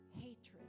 hatred